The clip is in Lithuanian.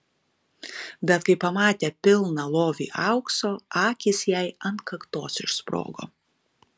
bet kai pamatė pilną lovį aukso akys jai ant kaktos išsprogo